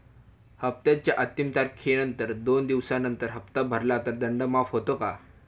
हप्त्याच्या अंतिम तारखेनंतर दोन दिवसानंतर हप्ता भरला तर दंड माफ होतो का?